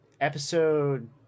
episode